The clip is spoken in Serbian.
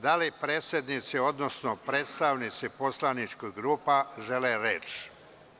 Da li predsednici, odnosno predstavnici poslaničkih grupa žele reč?